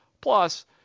Plus